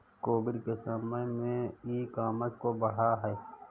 Covid के समय में ई कॉमर्स और बढ़ा है